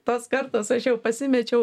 tos kartos aš jau pasimečiau